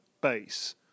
base